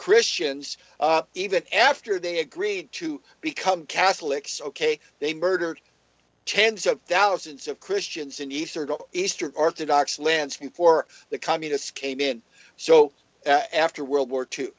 christians even after they agreed to become catholics ok they murdered tens of thousands of christians in eastern eastern orthodox lensing for the communists came in so after world war two